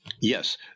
Yes